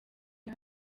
iyo